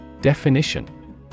Definition